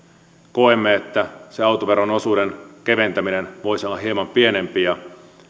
koemme että se autoveron osuuden keventäminen voisi olla hieman pienempi